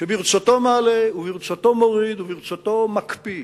שברצותו מעלה, ברצותו מוריד וברצותו מקפיא.